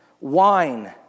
wine